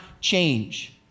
change